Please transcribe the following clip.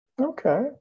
okay